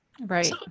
right